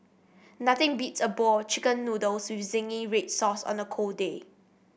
nothing beats a bowl chicken noodles with zingy red sauce on a cold day